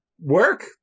work